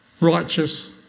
righteous